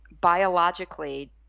biologically